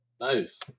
Nice